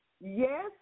Yes